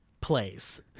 place